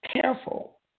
Careful